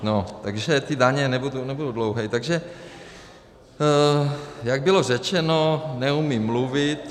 No, takže ty daně nebudu dlouhý takže jak bylo řečeno, neumím mluvit.